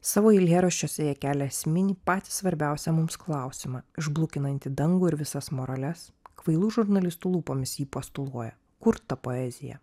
savo eilėraščiuose jie kelia esminį patį svarbiausią mums klausimą išblukinantį dangų ir visas morales kvailų žurnalistų lūpomis jį postuluoja kur ta poezija